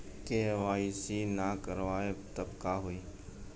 KYC ना करवाएम तब का होई?